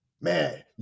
man